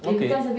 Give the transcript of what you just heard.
okay